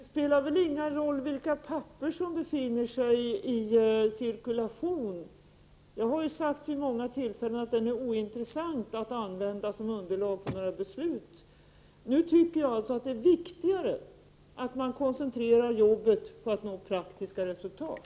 Fru talman! Det spelar väl ingen roll vilka papper som befinner sig på cirkulation. Jag har ju sagt vid många tillfällen att materialet är ointressant att använda som underlag för beslut. Det är viktigare att koncentrera arbetet på att nå praktiska resultat.